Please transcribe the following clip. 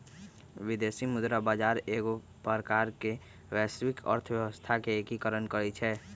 विदेशी मुद्रा बजार एगो प्रकार से वैश्विक अर्थव्यवस्था के एकीकरण करइ छै